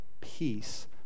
peace